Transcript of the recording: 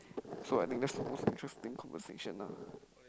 so I think that's the most interesting conversation ah